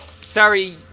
sorry